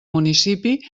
municipi